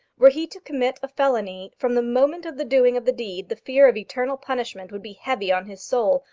were he to commit a felony, from the moment of the doing of the deed the fear of eternal punishment would be heavy on his soul,